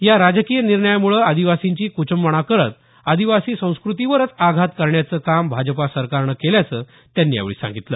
या राजकीय निर्णयामुळे आदिवासींची क्रचंबणा करत आदिवासी संस्कृतीवरच आघात करण्याचं काम भाजपा सरकारनं केल्याचं त्यांनी यावेळी सांगितलं